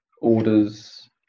orders